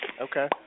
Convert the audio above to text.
Okay